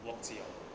忘记 liao lor